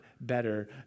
better